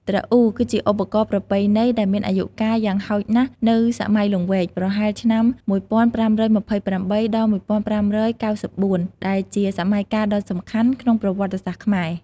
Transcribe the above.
ទ្រអ៊ូ គឺជាឧបករណ៍ប្រពៃណីដែលមានអាយុកាលយ៉ាងហោចណាស់នៅសម័យ "លង្វែក" ប្រហែលឆ្នាំ ១៥២៨ ដល់ ១៥៩៤ ដែលជាសម័យកាលដ៏សំខាន់ក្នុងប្រវត្តិសាស្ត្រខ្មែរ។